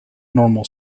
normal